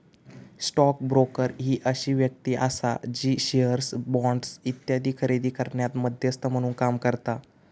stock broker ही अशी व्यक्ती आसा जी शेअर्स, बॉण्ड्स इत्यादी खरेदी करण्यात मध्यस्थ म्हणून काम करता